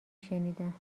شنیدم